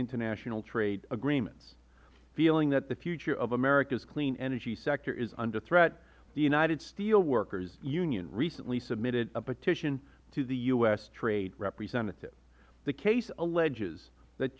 international trade agreements feeling that the future of america's clean energy sector is under threat the united steelworkers union recently submitted a petition to the u s trade representative the case alleges that